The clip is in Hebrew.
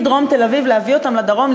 מדרום תל-אביב להביא אותם לדרום,